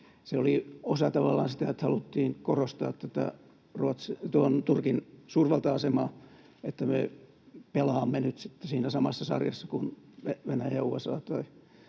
tavallaan sitä, että haluttiin korostaa tätä Turkin suurvalta-asemaa, että me pelaamme nyt sitten siinä samassa sarjassa kuin Venäjä, USA